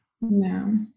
No